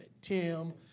Tim